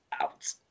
out